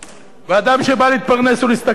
ואדם שבא להתפרנס ולהשתכר,